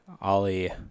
Ollie